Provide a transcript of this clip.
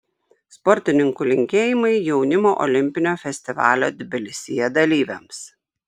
sportininkų linkėjimai jaunimo olimpinio festivalio tbilisyje dalyviams